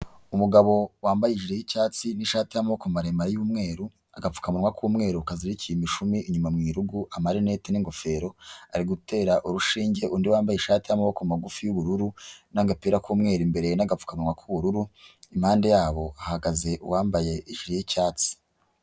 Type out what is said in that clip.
Umugabo wambaye ijire y'icyatsi nishati y'amaboko maremare y'umweru, agapfukamuwa k'umweru kazirikiye imishumi inyuma mw'irugo amarinette n'ingofero, ari gutera urushinge undi wambaye ishati y'amaboko magufi y'ubururu n'agapira k'umweru imbere n'agapfukanwa k'ubururu, impande yabo hahagaze uwambaye ijire y'icyatsi.